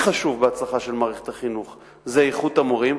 חשוב בהצלחה של מערכת החינוך הוא איכות המורים,